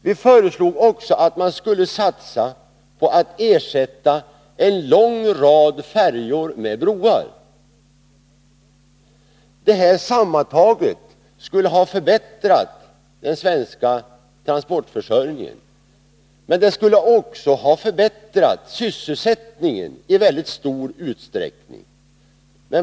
Vi föreslog också att man skulle satsa på att ersätta en lång rad färjor med broar. Detta sammantaget skulle ha förbättrat den svenska transportförsörjningen, men det skulle också ha förbättrat sysselsättningen i väldigt stor utsträckning.